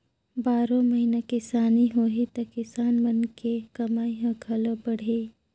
बारो महिना किसानी होही त किसान मन के कमई ह घलो बड़ही